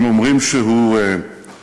הם אומרים שהוא מפוצל,